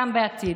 גם בעתיד.